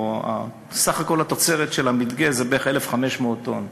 סך כל התוצרת של המדגה הוא בערך 1,500 טונות,